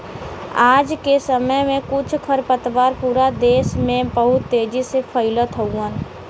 आज के समय में कुछ खरपतवार पूरा देस में बहुत तेजी से फइलत हउवन